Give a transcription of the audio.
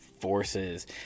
Forces